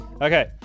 Okay